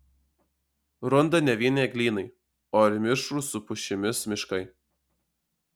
runda ne vien eglynai o ir mišrūs su pušimis miškai